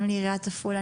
גם לעיריית עפולה,